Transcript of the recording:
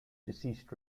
deceased